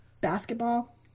Basketball